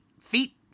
feet